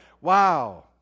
Wow